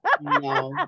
No